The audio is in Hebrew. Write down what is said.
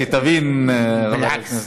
שתבין,